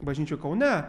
bažnyčioj kaune